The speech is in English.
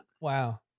wow